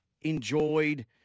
enjoyed